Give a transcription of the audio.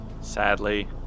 Sadly